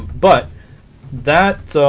but that